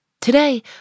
Today